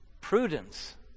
Prudence